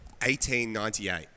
1898